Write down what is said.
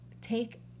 take